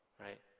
right